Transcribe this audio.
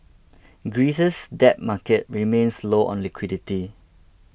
Greece's debt market remains low on liquidity